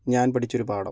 ഞാൻ പഠിച്ച ഒരു പാഠം